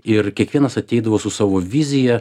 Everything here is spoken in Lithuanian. ir kiekvienas ateidavo su savo vizija